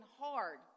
hard